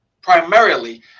primarily